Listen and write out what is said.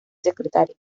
secretaria